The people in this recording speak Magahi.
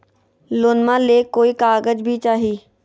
लोनमा ले कोई कागज भी चाही?